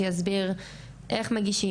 שיסביר איך מגישים,